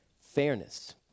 fairness